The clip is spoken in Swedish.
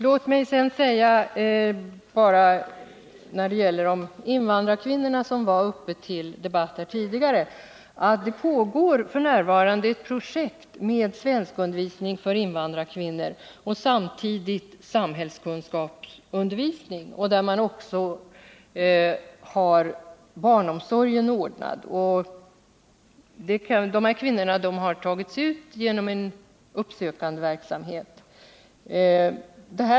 Låt mig sedan bara i frågan om invandrarkvinnorna, vilken tidigare har varit uppe till debatt, säga att det f. n. pågår ett projekt med undervisning i både svenska och samhällskunskap för invandrarkvinnor, där man samtidigt med denna undervisning tillgodoser de deltagande kvinnornas behov av barnomsorg. De här kvinnorna har tagits ut med hjälp av uppsökande verksamhet.